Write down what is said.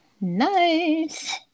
Nice